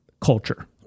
culture